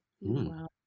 Wow